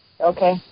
Okay